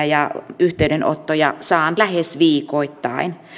ja yhteydenottoja saan lähes viikoittain